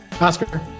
Oscar